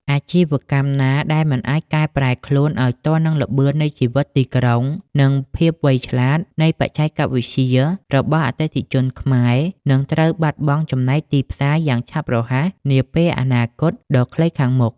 អាជីវកម្មណាដែលមិនអាចកែប្រែខ្លួនឱ្យទាន់នឹង "ល្បឿននៃជីវិតទីក្រុង" និង "ភាពវៃឆ្លាតនៃបច្ចេកវិទ្យា" របស់អតិថិជនខ្មែរ នឹងត្រូវបាត់បង់ចំណែកទីផ្សារយ៉ាងឆាប់រហ័សនាពេលអនាគតដ៏ខ្លីខាងមុខ។